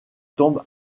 tombe